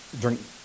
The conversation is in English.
drink